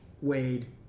Wade